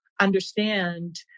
understand